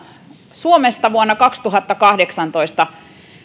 suomesta vuonna kaksituhattakahdeksantoista